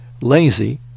lazy